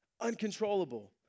uncontrollable